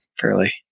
fairly